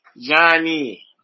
Johnny